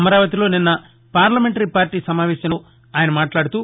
అమరావతిలో నిన్న party parliamentary సమావేశంలో ఆయన మాట్లాడుతూ